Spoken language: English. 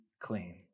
Clean